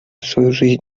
жизнь